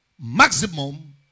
Maximum